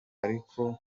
ariko